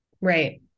Right